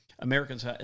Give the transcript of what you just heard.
Americans